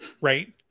Right